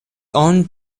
owned